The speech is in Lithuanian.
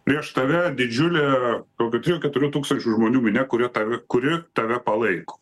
prieš tave didžiulė yra kokių trijų keturių tūkstančių žmonių minia kuri tav kuri tave palaiko